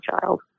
child